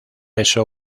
eso